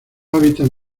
hábitat